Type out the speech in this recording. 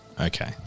Okay